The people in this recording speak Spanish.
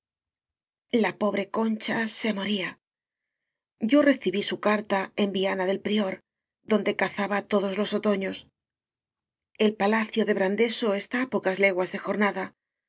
la pobre concha se moría yo recibí su carta en viana del prior donde cazaba todos los otoños el palacio debrandeso está á pocas leguas de jorna